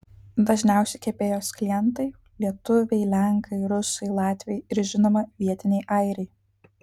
dažniausi kepėjos klientai lietuviai lenkai rusai latviai ir žinoma vietiniai airiai